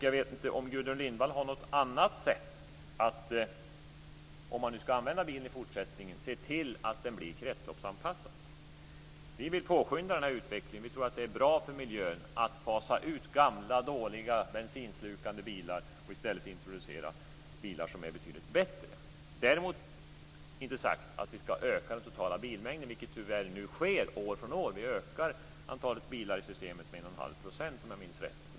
Jag vet inte om Gudrun Lindvall, om man nu ska använda bilen i fortsättningen, har något annat sätt att se till att den blir kretsloppsanpassad. Vi vill påskynda den här utvecklingen. Vi tror att det är bra för miljön att fasa ut gamla, dåliga bensinslukande bilar och i stället introducera bilar som är betydligt bättre. Därmed inte sagt att vi ska öka den totala bilmängden, vilket tyvärr nu sker år från år. Vi ökar antalet bilar i systemet med en och en halv procent om jag minns rätt.